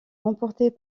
remportée